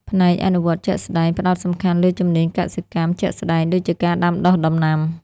ផ្នែកអនុវត្តជាក់ស្តែងផ្តោតសំខាន់លើជំនាញកសិកម្មជាក់ស្តែងដូចជាការដាំដុះដំណាំ។